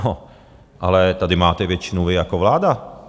No ale tady máte většinu vy jako vláda.